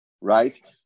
right